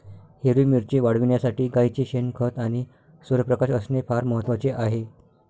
हिरवी मिरची वाढविण्यासाठी गाईचे शेण, खत आणि सूर्यप्रकाश असणे फार महत्वाचे आहे